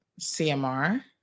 CMR